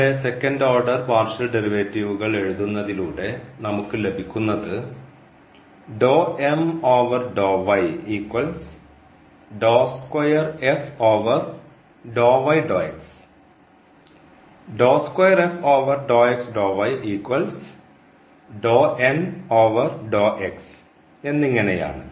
ഇവിടെ second order partial ഡെറിവേറ്റീവ്കൾ എഴുതുന്നതിലൂടെ നമുക്ക് ലഭിക്കുന്നത് എന്നിങ്ങനെയാണ്